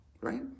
Right